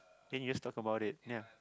then you just talk about it ya